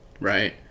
right